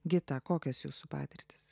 gitą kokias jūsų patirtis